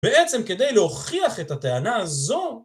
בעצם כדי להוכיח את הטענה הזו